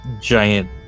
giant